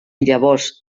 llavors